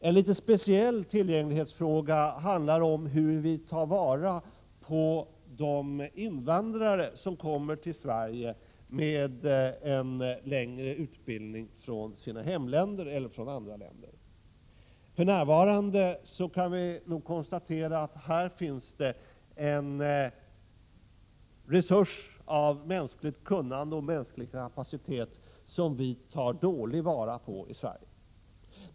En litet speciell tillgänglighetsfråga handlar om hur vi tar vara på de invandrare som kommer till Sverige med en längre utbildning från sina hemländer eller från andra länder. Här kan vi nog konstatera att detta är en resurs av mänskligt kunnande och mänsklig kapacitet som vi för närvarande tar dåligt till vara i Sverige.